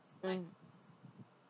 mm